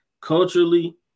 culturally